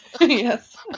Yes